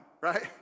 right